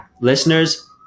Listeners